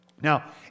Now